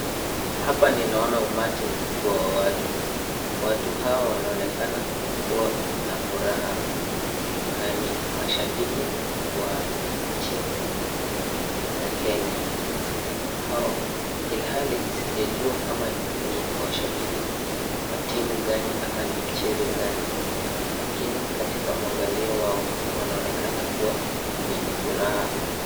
Hapa ninaona umati mkubwa wa watu. Watu hawa wanaonekana kuwa na furaha na ni mashabiki wa timu ya kenya ilhali sijajua kama ni washabiki wa timu gani ama ni mchezo gani lakini katika mwangalio wao wanaonekana kuwa wenye furaha.